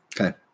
Okay